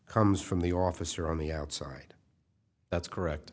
comes from the officer on the outside that's correct